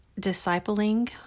discipling